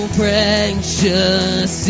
precious